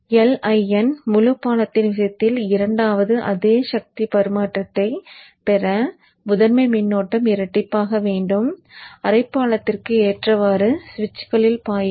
எனவே Iin முழு பாலத்தின் விஷயத்தில் இரண்டாவது அதே சக்தி பரிமாற்றத்தை பெற முதன்மை மின்னோட்டம் இரட்டிப்பாக வேண்டும் அரை பாலத்திற்கு ஏற்றவாறு சுவிட்சுகளில் பாயும்